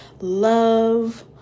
love